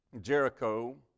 Jericho